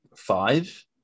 Five